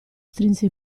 strinse